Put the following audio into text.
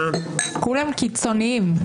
כולם קיצונים.